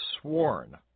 sworn